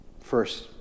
First